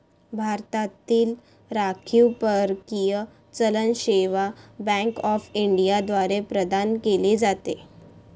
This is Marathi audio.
भारतातील राखीव परकीय चलन सेवा बँक ऑफ इंडिया द्वारे प्रदान केले जाते